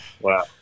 wow